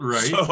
Right